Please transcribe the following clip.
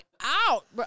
out